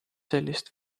sellist